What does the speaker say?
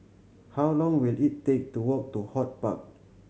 how long will it take to walk to HortPark